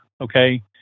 okay